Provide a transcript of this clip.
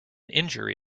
injury